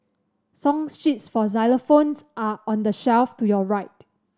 song sheets for xylophones are on the shelf to your right